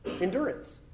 Endurance